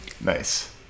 Nice